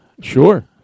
Sure